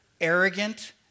arrogant